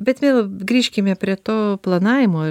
bet vėl grįžkime prie to planavimo